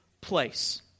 place